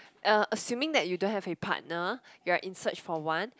uh assuming that you don't have a partner you are in search for one